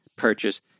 purchase